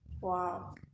Wow